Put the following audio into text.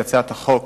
יציג את הצעת החוק